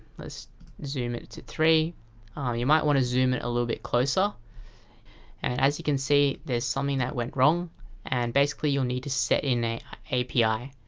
let's zoom it to three ah you might want to zoom it a little bit closer and as you can see, there's something that went wrong and basically you need to set in an api.